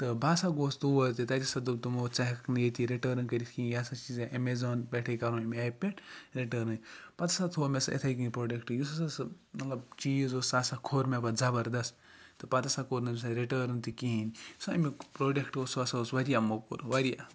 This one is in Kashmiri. تہٕ بہٕ ہَسا گوس تور تہِ تَتہِ ہَسا دوٚپ تِمو ژٕ ہیٚکَکھ نہٕ ییٚتہِ یہِ رِٹٲرٕن کٔرِتھ کِہِیٖنۍ یہِ ہَسا چھُی ژےٚ اَمیزان پیٹھٕے کَرُن ایپ پیٹھ رِٹٲرٕن پَتہٕ ہَسا تھوٚو مےٚ سُہ اِتھے کنۍ پروڈَکٹہٕ یُس ہَسا سُہ مَطلَب چیٖز اوس سُہ ہَسا کھور مےٚ پَتہٕ زَبَردَس تہٕ پَتہٕ ہَسا کوٚر نہٕ مےٚ سُہ رِٹٲرٕن تہِ کِہِیٖنۍ یُس سَہ امکۍ پروڈکٹہٕ اوس سُہ ہَسا اوس موٚکُر واریاہ